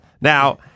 Now-